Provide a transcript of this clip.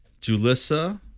Julissa